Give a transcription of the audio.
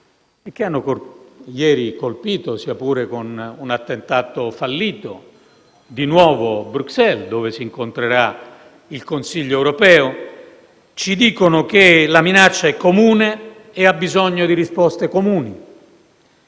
che ieri, sia pur fallito, ha colpito di nuovo Bruxelles, dove si incontrerà il Consiglio europeo, ci dicono che la minaccia è comune e ha bisogno di risposte comuni.